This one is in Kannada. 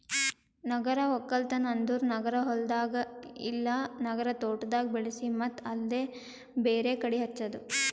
ನಗರ ಒಕ್ಕಲ್ತನ್ ಅಂದುರ್ ನಗರ ಹೊಲ್ದಾಗ್ ಇಲ್ಲಾ ನಗರ ತೋಟದಾಗ್ ಬೆಳಿಸಿ ಮತ್ತ್ ಅಲ್ಲೇ ಬೇರೆ ಕಡಿ ಹಚ್ಚದು